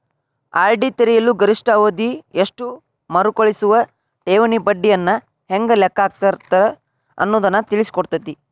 RD ತೆರೆಯಲು ಗರಿಷ್ಠ ಅವಧಿ ಎಷ್ಟು ಮರುಕಳಿಸುವ ಠೇವಣಿ ಬಡ್ಡಿಯನ್ನ ಹೆಂಗ ಲೆಕ್ಕ ಹಾಕ್ತಾರ ಅನ್ನುದನ್ನ ತಿಳಿಸಿಕೊಡ್ತತಿ